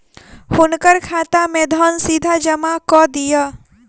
हुनकर खाता में धन सीधा जमा कअ दिअ